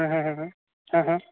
हाँ हाँ हाँ हाँ हाँ